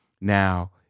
Now